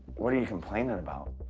what are you complaining about?